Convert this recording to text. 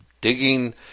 digging